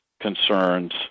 concerns